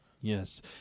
yes